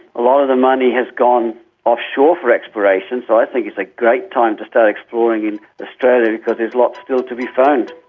a lot of the money has gone offshore for exploration, so i think it's a great time to start exploring in australia, because there's lots still to be found.